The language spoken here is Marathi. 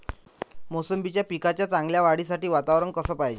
मोसंबीच्या पिकाच्या चांगल्या वाढीसाठी वातावरन कस पायजे?